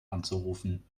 anzurufen